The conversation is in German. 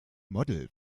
modell